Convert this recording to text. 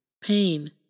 Pain